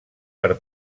per